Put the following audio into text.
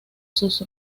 sus